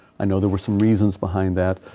i know there were some reasons behind that.